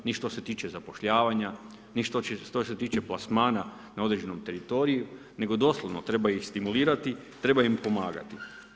Ni što se tiče zapošljavanja, ni što se tiče plasmana na određenom teritoriju, nego doslovno, treba ih stimulirati, treba im pomagati.